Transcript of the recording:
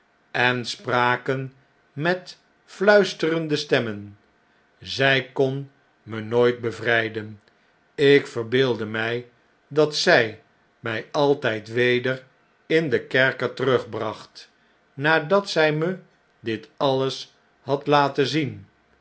en spraken met fluisterende stemmen zij kon me nooit bevrijden ik verbeeldde mij dat zij mij altijd weder in den kerker terugbracht nadat zij me dit alles had laten zien